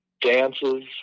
dances